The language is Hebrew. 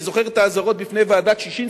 אני זוכר את האזהרות בפני ועדת-ששינסקי,